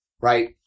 right